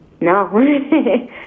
No